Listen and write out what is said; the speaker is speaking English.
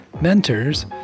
mentors